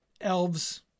Elves